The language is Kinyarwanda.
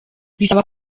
bisaba